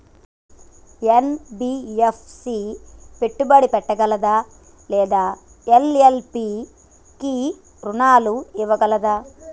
NBFC పెట్టుబడి పెట్టగలదా లేదా ఎల్.ఎల్.పి కి రుణాలు ఇవ్వగలదా?